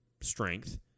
strength